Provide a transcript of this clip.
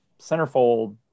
centerfold